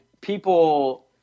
people